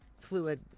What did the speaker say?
fluid